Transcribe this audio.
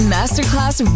Masterclass